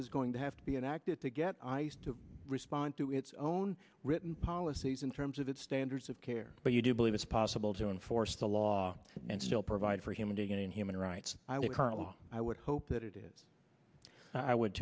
is going to have to be enacted to get ice to respond to its own written policies in terms of its standards of care but you do believe it's possible to enforce the law and still provide for him again human rights i would current law i would hope that it is i would